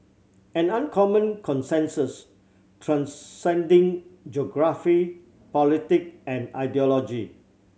an uncommon consensus transcending geography politic and ideology